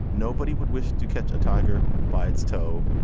nobody would wish to catch a tiger by its toe,